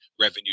revenue